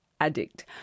addict